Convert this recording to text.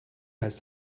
heißt